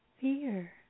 fear